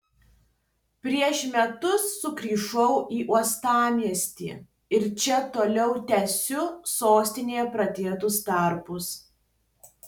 prieš metus sugrįžau į uostamiestį ir čia toliau tęsiu sostinėje pradėtus darbus